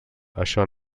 això